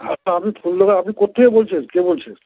আচ্ছা আপনি ফুল গুলো আপনি কোত্থেকে বলছেন কে বলছেন